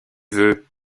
veux